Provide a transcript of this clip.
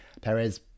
Perez